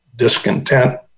Discontent